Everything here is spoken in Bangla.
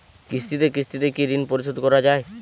কিস্তিতে কিস্তিতে কি ঋণ পরিশোধ করা য়ায়?